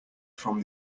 from